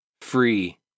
Free